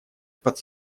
под